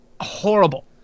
horrible